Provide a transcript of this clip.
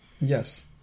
Yes